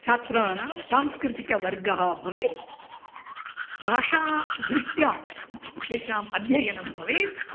छात्राणां सांस्कृतिकवर्गः भवेत् भाषादृष्ट्या तेषाम् अध्ययनं भवेत्